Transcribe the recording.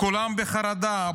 כולם בחרדה.